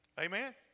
Amen